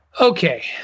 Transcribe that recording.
Okay